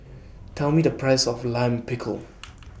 Tell Me The Price of Lime Pickle